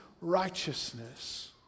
righteousness